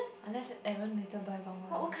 unless everyone later buy wrong one